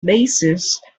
bassist